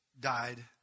died